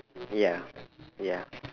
ya ya